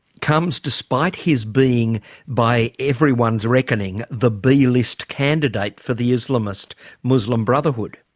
comes despite his being by everyone's reckoning the b-list candidate for the islamist muslim brotherhood?